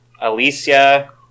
Alicia